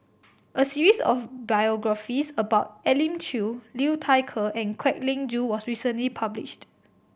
a series of biographies about Elim Chew Liu Thai Ker and Kwek Leng Joo was recently published